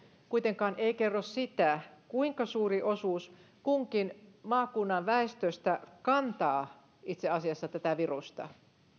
kuitenkaan kerro sitä kuinka suuri osuus kunkin maakunnan väestöstä kantaa itse asiassa tätä virusta